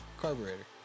carburetor